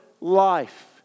life